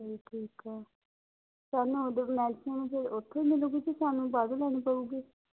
ਠੀਕ ਆ ਉਥੋਂ ਮਿਲੇਗੀ ਕਿ ਸਾਨੂੰ ਬਾਹਰੋਂ ਲੈਣੀ ਪਏਗੀ